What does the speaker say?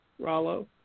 Rallo